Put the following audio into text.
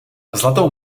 zlatou